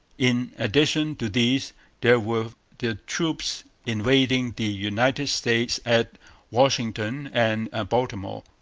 in addition to these there were the troops invading the united states at washington and baltimore,